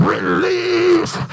Release